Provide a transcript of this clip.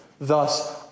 Thus